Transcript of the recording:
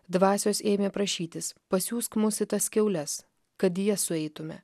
dvasios ėmė prašytis pasiųsk mus į tas kiaules kad į jas sueitume